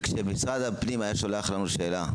תקשיב, משרד הפנים היה שולח אלינו שאלה,